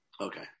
Okay